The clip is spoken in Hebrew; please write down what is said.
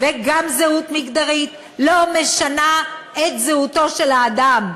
וגם זהות מגדרית לא משנות את זהותו של האדם,